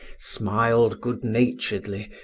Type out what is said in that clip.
smiled good-naturedly,